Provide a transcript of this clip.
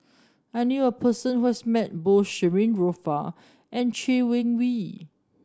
I knew a person who has met both Shirin Fozdar and Chay Weng Yew